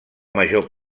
major